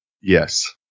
Yes